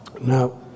Now